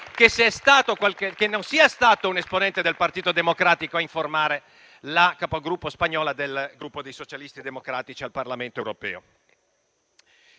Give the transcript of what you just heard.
che non sia stato un esponente del Partito Democratico a informare la capogruppo spagnola del gruppo dei Socialisti e Democratici al Parlamento europeo.